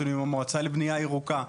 עם המועצה לבנייה ירוקה,